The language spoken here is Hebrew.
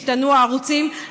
השתנו הערוצים,